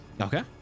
Okay